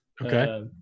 okay